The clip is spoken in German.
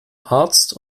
arzt